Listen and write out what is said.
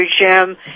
Jim